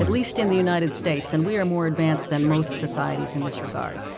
and least in the united states. and we are more advanced than most societies in this regard.